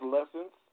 Lessons